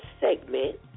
segment